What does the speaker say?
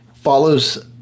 follows